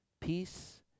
Peace